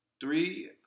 Three